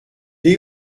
est